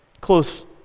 Close